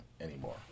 anymore